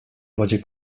wodzie